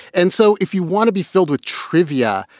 and so if you want to be filled with trivia,